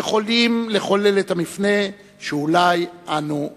יכולים לחולל את המפנה שאולי אנו בפתחו.